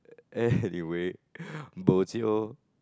anyway bo-jio